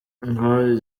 ngo